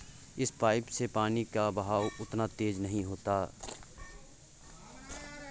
इस पाइप से पानी का बहाव उतना तेज नही है